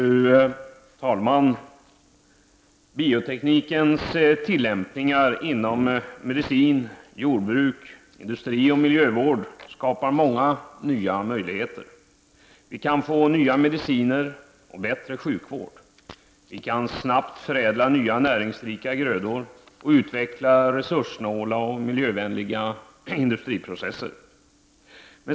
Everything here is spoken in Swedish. Fru talman! Bioteknikens tillämpningar inom medicin, jordbruk, industri och miljövård skapar många nya möjligheter. Vi kan få nya mediciner och bättre sjukvård. Vi kan snabbt förädla nya näringsrika grödor och utveckla resurssnåla och miljövänliga industriprocesser.